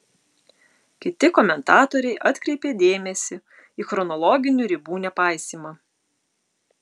kiti komentatoriai atkreipė dėmesį į chronologinių ribų nepaisymą